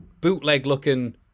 bootleg-looking